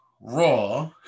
Raw